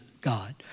God